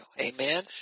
Amen